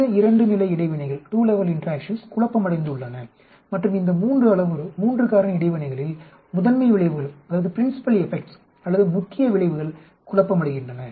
இந்த 2 நிலை இடைவினைகள் குழப்பமடைந்துள்ளன மற்றும் இந்த 3 அளவுரு 3 காரணி இடைவினைகளில் முதன்மை விளைவுகள் அல்லது முக்கிய விளைவுகள் குழப்பமடைகின்றன